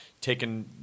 taken